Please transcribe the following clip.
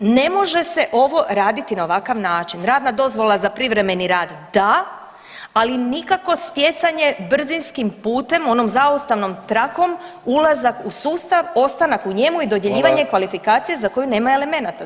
Ne može se ovo raditi na ovakav način, radna dozvola za privremeni rad da, ali nikako stjecanje brzinskim putem onom zaustavnom trakom ulazak u sustav, ostanak u njemu i dodjeljivanje [[Upadica Vidović: Hvala.]] kvalifikacije za koju nema elemenata zakonskih.